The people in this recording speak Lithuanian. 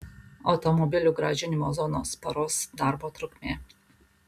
automobilių grąžinimo zonos paros darbo trukmė